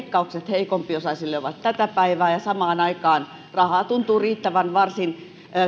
heikompiosaisilta ovat tätä päivää ja samaan aikaan rahaa tuntuu riittävän työllisyyspoliittisesti varsin